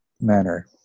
manner